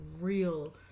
real